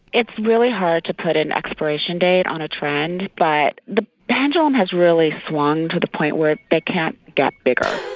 it's really hard to put an expiration date on a trend, but the pendulum has really swung to the point where they can't get bigger